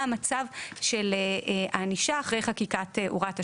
מה המצב של הענישה אחרי חקיקת הוראת השעה.